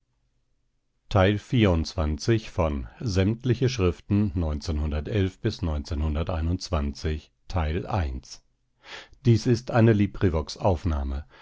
hier ist eine